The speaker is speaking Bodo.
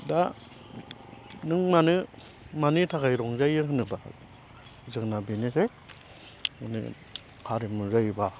दा नों मानो मानि थाखाय रंजायो होनोब्ला जोंना बेनोदि मानि हारिमु जायोब्ला